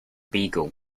beagle